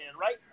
right